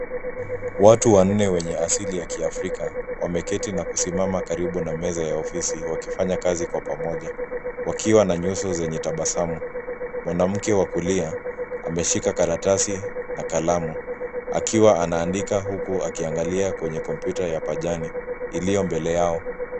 Watu wanne wenye asili ya kiafrika wameketi na kusimama karibu na meza ya ofisi wakifanya kazi kwa pamoja, wakiwa na nyuso zenye tabasamu. Mwanamke wa kulia ameshika karatasi na kalamu akiwa anaandika huku akiangalia kwenye kompyuta ya pajani iliyo mbele yao.